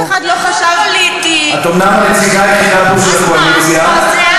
את אומנם הנציגה היחידה פה של הקואליציה,